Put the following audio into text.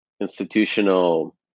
institutional